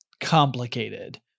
complicated